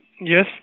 Yes